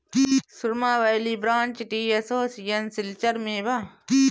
सुरमा valley branch tea association Silchar में बा